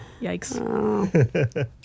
Yikes